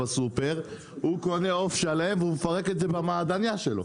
- הוא קונה עוף שלם ומפרק אותו במעדנייה שלו.